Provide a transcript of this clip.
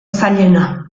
zailena